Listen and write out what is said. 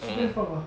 mm